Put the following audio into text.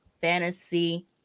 Fantasy